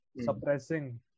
Suppressing